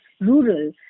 rural